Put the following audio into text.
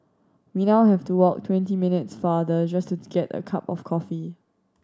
we now have to walk twenty minutes farther just to get a cup of coffee